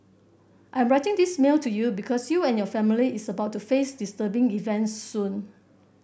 I'm writing this mail to you because you and your family is about to face disturbing events soon